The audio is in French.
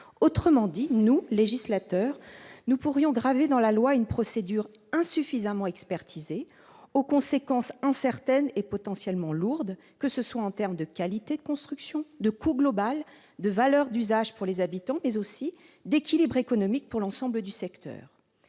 Autrement dit, nous, législateurs, pourrions graver dans la loi une procédure insuffisamment expertisée, aux conséquences incertaines et potentiellement lourdes, que ce soit en termes de qualité de construction, de coût global, de valeur d'usage pour les habitants ou d'équilibre économique pour l'ensemble du secteur.